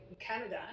Canada